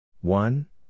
One